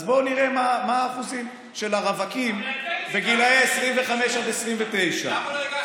אז בואו נראה מה האחוזים של הרווקים בגיל 25 עד 29. אבל אתם הצבעתם.